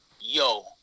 yo